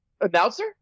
Announcer